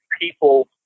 people